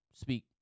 speak